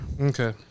Okay